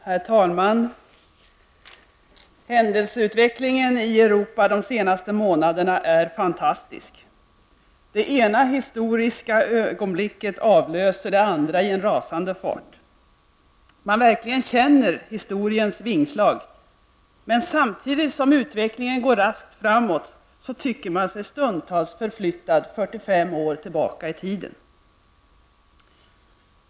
Herr talman! Händelseutvecklingen i Europa de senaste månaderna är fantastisk. Det ena historiska ögonblicket avlöser det andra i en rasande fart. Man verkligen känner historiens vingslag. Men samtidigt som utvecklingen går raskt framåt, tycker man sig stundtals förflyttad 45 år tillbaka i tiden.